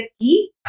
key